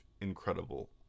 incredible